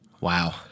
Wow